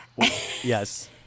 yes